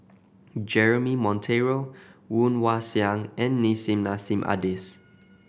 Jeremy Monteiro Woon Wah Siang and Nissim Nassim Adis